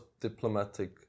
diplomatic